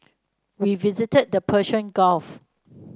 we visited the Persian Gulf